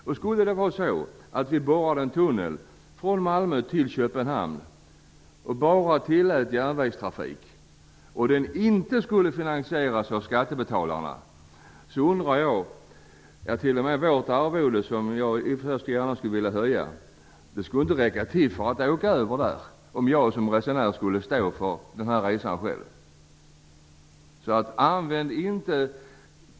Skulle det vara så att vi borrade en tunnel från Malmö till Köpenhamn och bara tillät järnvägstrafik och den inte skulle finansieras av skattebetalarna, då skulle inte ens mitt arvode, som jag i och för sig gärna skulle vilja höja, räcka för att jag som resenär skulle ha råd att åka över där.